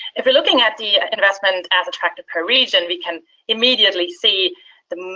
if you're looking at the investment as tracked per region we can immediately see the